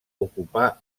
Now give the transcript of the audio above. ocupà